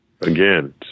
again